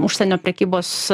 užsienio prekybos